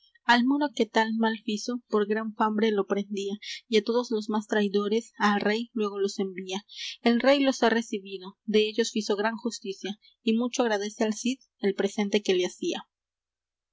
al moro que tal mal fizo por gran fambre lo prendía y á todos los más traidores al rey luégo los envía el rey los ha recibido dellos fizo gran justicia y mucho agradece al cid el presente que le hacía